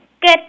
Good